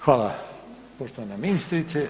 Hvala, poštovana ministrice.